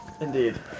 indeed